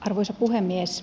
arvoisa puhemies